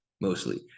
mostly